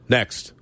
Next